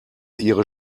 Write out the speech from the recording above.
ihre